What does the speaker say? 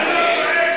אני לא צועק,